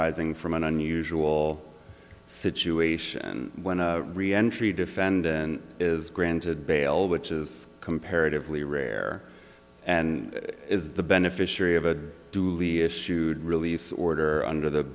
ising from an unusual situation when a reentry defendant is granted bail which is comparatively rare and is the beneficiary of a duly issued release order under the